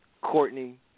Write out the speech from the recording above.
Courtney